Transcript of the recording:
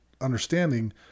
understanding